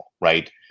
right